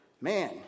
Man